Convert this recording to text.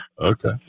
Okay